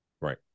Right